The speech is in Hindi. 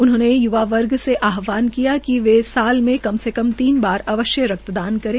उन्होंने य्वा वर्ग से आहवान किया कि वह साल में कम से कम तीन बार अवश्य रक्तदान करें